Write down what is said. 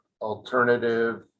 alternative